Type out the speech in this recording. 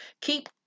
Keep